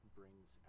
brings